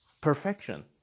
perfection